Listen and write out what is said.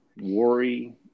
Worry